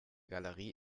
galerie